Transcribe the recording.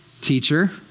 teacher